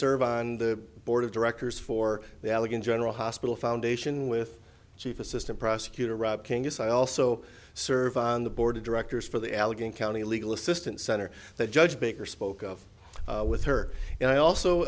serve on on the board of directors for the allegheny general hospital foundation with chief assistant prosecutor rob kingis i also serve on the board of directors for the allegheny county legal assistance center that judge baker spoke of with her and i also